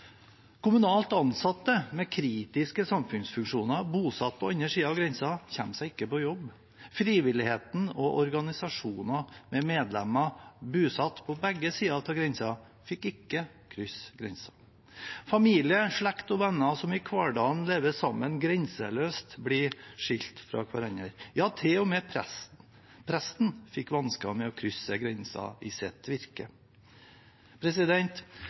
Kommunalt ansatte med kritiske samfunnsfunksjoner bosatt på den andre siden av grensen kom seg ikke på jobb. Frivilligheten og organisasjoner med medlemmer bosatt på begge sider av grensen fikk ikke krysse over. Familie, slekt og venner som i hverdagen lever sammen grenseløst, ble skilt fra hverandre. Ja, til og med presten fikk vansker med å krysse grensen i sitt virke.